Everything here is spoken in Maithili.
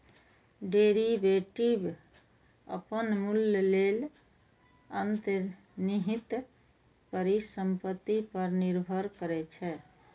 डेरिवेटिव अपन मूल्य लेल अंतर्निहित परिसंपत्ति पर निर्भर करै छै